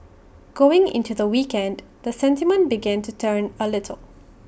going into the weekend the sentiment begin to turn A little